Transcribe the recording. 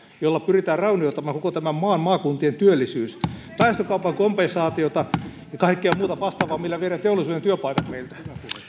jolla pyritään raunioittamaan koko tämän maan maakuntien työllisyys on päästökaupan kompensaatiota ja kaikkea muuta vastaavaa millä viedään teollisuuden työpaikat meiltä